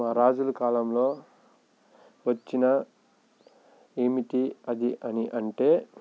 మా రాజులు కాలంలో వచ్చిన ఏమిటి అది అని అంటే